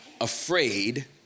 afraid